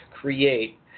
Create